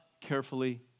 carefully